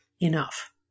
enough